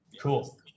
Cool